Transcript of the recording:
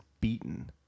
beaten